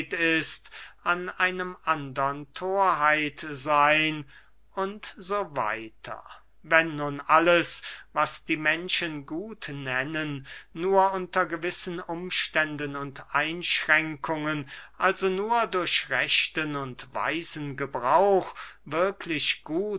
ist an einem andern thorheit seyn u s w wenn nun alles was die menschen gut nennen nur unter gewissen umständen und einschränkungen also nur durch rechten und weisen gebrauch wirklich